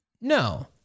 No